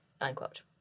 unquote